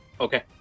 Okay